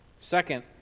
Second